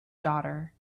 daughter